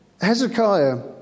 Hezekiah